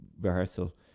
rehearsal